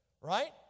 right